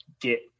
get